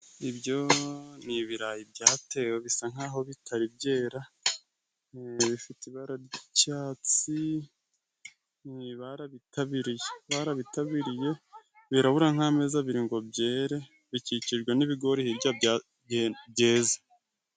Ibyo ni ibirayi byatewe bisa nk'aho bitari byera, bifite ibara ry'icyatsi barabitabiriye, barabitabiriye birabura nk'amezi abiri ngo byere, bikikijwe n'ibigori hira byeze.